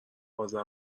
آذر